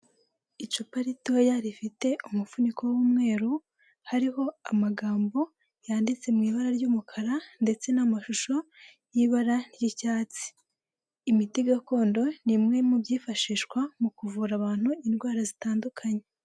Icupa ritoya rifite umufuniko w'umweru hariho amagambo yanditse mu ibara ry'umukara ndetse n'amashusho y'ibara ry'icyatsi. Imiti gakondo n'imwe mu byifashishwa mu kuvura abantu indwara zitandukanye.